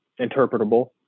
interpretable